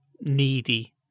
needy